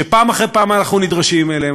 שפעם אחרי פעם אנחנו נדרשים אליהם.